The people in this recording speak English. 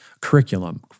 curriculum